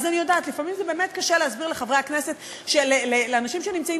לפעמים באמת קשה להסביר לאנשים שנמצאים